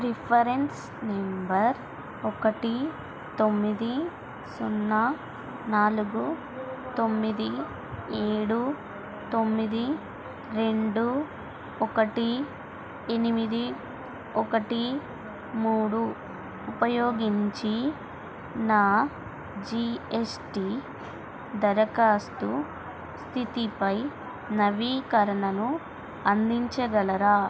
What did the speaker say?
reference number ఒకటి తొమ్మిది సున్నా నాలుగు తొమ్మిది ఏడు తొమ్మిది రెండు ఒకటి ఎనిమిది ఒకటి మూడు ఉపయోగించి నా జీ ఎస్ టీ దరఖాస్తు స్థితిపై నవీకరణను అందించగలరా